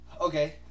Okay